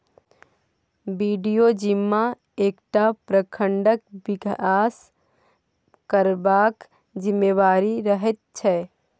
BDO जिम्मा एकटा प्रखंडक बिकास करबाक जिम्मेबारी रहैत छै